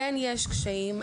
כן יש קשיים,